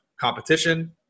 competition